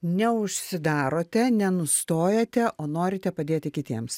neužsidarote nenustojate o norite padėti kitiems